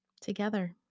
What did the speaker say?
together